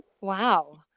Wow